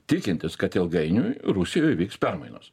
tikintis kad ilgainiui rusijoj vyks permainos